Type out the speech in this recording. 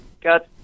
got